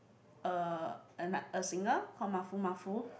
a anoth~ a singer called Mafumafu